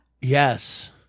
Yes